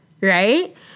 right